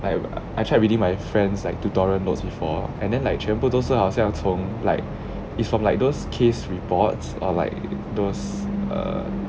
like I have tried reading my friends like tutorial notes before and then like 全部都是好像从 like is from like those case reports or like those err